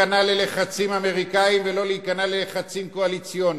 לא להיכנע ללחצים אמריקניים ולא להיכנע ללחצים קואליציוניים.